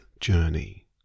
journey